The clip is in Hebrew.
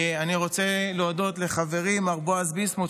אני רוצה להודות לחברי מר בועז ביסמוט,